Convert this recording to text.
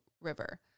River